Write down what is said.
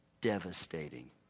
devastating